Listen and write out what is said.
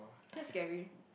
it's scary